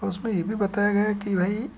और उसमें ये भी बताया गया है कि भई